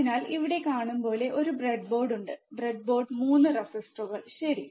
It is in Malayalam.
അതിനാൽ ഇവിടെ കാണുന്നതുപോലെ ഒരു ബ്രെഡ്ബോർഡ് ഉണ്ട് ബ്രെഡ്ബോർഡ് 3 റെസിസ്റ്ററുകൾ ശരി